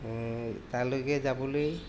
তালৈকে যাবলৈ